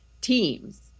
teams